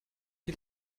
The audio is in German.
die